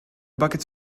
buckets